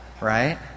right